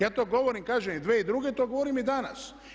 Ja to govorim kažem i 2002. to govorim i danas.